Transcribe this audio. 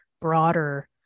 broader